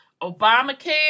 Obamacare